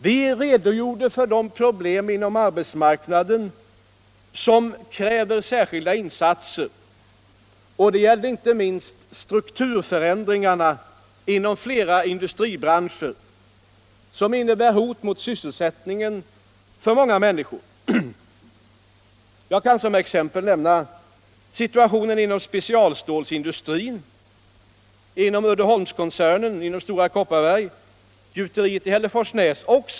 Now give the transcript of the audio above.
Vi redogjorde för de problem inom arbetsmarknaden som kräver särskilda insatser, och det gällde inte minst strukturförändringarna inom flera industribranscher som innebär hot mot sysselsättningen för många människor. Jag kan som exempel nämna situationen inom specialstålsindustrin, inom Uddeholmskoncernen, inom Stora Kopparberg och vid gjuteriet i Hälleforsnäs.